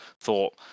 thought